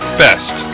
best